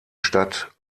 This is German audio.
stadt